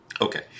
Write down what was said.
Okay